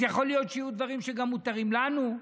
אז יכול להיות שיהיו דברים שגם מותרים לנו.